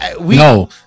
No